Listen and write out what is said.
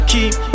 Keep